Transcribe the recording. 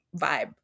vibe